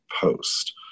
Post